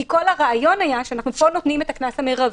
כי כל הרעיון היה שפה אנחנו קובעים את הקנס המרבי.